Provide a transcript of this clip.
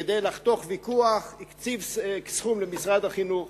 וכדי לחתוך ויכוח הוא הקציב סכום למשרד החינוך.